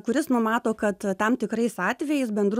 kuris numato kad tam tikrais atvejais bendru